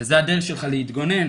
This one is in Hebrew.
שזה הדרך שלך להתגונן,